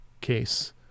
case